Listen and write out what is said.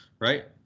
Right